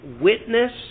witness